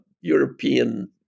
European